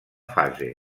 fase